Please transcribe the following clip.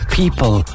people